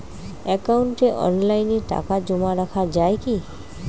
একাউন্টে অনলাইনে টাকা জমা রাখা য়ায় কি?